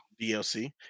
DLC